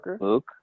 Luke